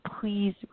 please